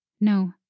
No